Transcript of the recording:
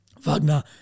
Wagner